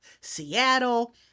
Seattle